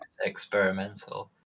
experimental